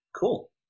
cool